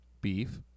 beef